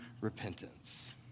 repentance